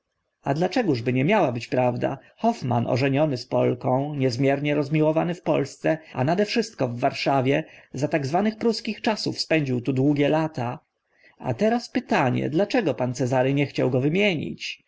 a dlaczegóż by nie miała być prawda hoffmann ożeniony z polką niezmiernie rozmiłowany w polsce a nade wszystko w warszawie za tak zwanych pruskich czasów spędził tu długie lata a teraz pytanie dlaczego pan cezary nie chciał go wymienić